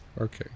Okay